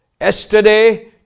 Yesterday